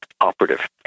operative